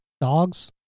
dogs